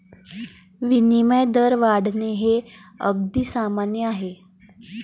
विनिमय दर वाढणे हे अगदी सामान्य आहे